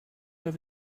have